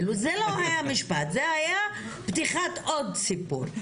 זה לא היה משפט, זה היה פתיחת עוד סיפור.